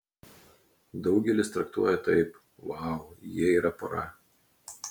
daugelis traktuoja taip vau jie yra pora